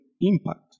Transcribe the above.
impact